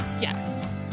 Yes